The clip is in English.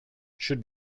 should